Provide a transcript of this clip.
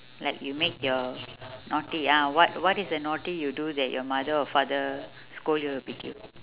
like you make your naughty ah what what is the naughty you do that your mother or father scold you or beat you